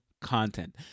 content